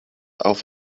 auf